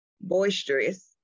boisterous